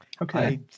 Okay